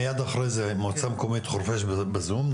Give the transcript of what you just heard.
מיד אחרי זה מועצה מקומית חורפיש בזום.